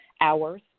hours